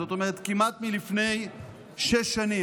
זאת אומרת כמעט מלפני שש שנים,